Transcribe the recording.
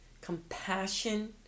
compassion